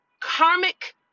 karmic